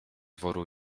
woru